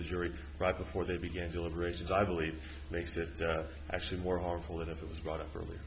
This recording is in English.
jury right before they began deliberations i believe makes it actually more harmful than if it was brought up earl